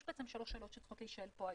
יש בעצם שלוש שאלות שצריכות להישאל פה היום.